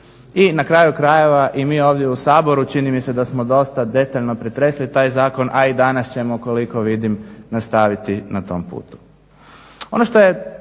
I na kraju krajeva i mi ovdje u Saboru čini mi se da smo dosta detaljno pretresli taj zakon, a i danas koliko vidim nastaviti na tom putu.